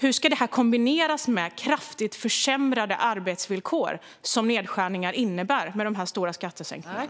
Hur ska kraftigt försämrade arbetsvillkor, som nedskärningarna innebär, kombineras med dessa stora skattesänkningar?